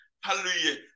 Hallelujah